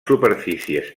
superfícies